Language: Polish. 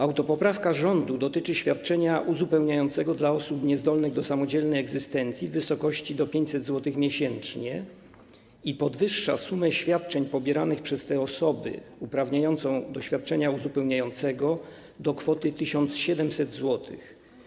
Autopoprawka rządu dotyczy świadczenia uzupełniającego dla osób niezdolnych do samodzielnej egzystencji w wysokości do 500 zł miesięcznie i podwyższa sumę świadczeń pobieranych przez te osoby uprawniającą do świadczenia uzupełniającego do kwoty 1700 zł.